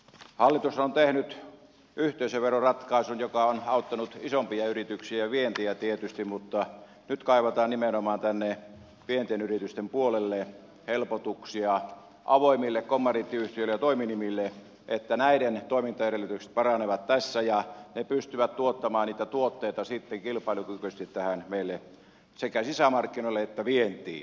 hallitus on tehnyt yhteisöveroratkaisun joka on auttanut isompia yrityksiä ja vientiä tietysti mutta nyt kaivataan nimenomaan pienten yritysten puolelle helpotuksia avoimille kommandiittiyhtiöille ja toiminimille että näiden toimintayritykset paranevat ja ne pystyvät tuottamaan tuotteita kilpailukykyisesti meille sekä sisämarkkinoille että vientiin